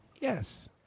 Yes